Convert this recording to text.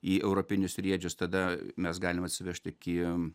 į europinius riedžius tada mes galim atsivežt iki